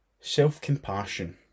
Self-compassion